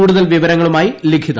കൂടുതൽ വിവരങ്ങളുമായി ലിഖിത